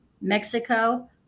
Mexico